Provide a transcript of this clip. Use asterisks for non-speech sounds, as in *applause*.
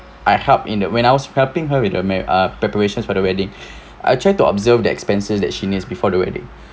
I help in the when I was helping her with a marri~ uh preparations for the wedding *breath* I try to observe the expenses that she needs before the wedding